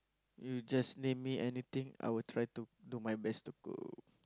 you just name me anything I will try to do my best to